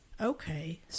Okay